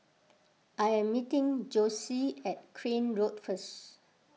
I am meeting Jossie at Crane Road first